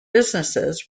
businesses